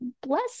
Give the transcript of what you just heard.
bless